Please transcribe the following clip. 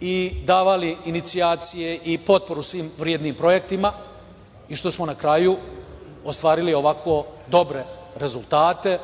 i davali inicijacije i potporu svim vrednim projektima i što smo na kraju ostvarili ovako dobre rezultate